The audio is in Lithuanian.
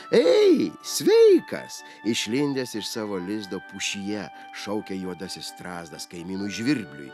ei sveikas išlindęs iš savo lizdo pušyje šaukia juodasis strazdas kaimynų žvirbliui